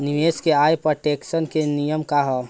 निवेश के आय पर टेक्सेशन के नियम का ह?